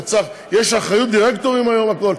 יש אחריות דירקטורים היום על הכול.